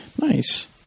nice